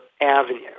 avenue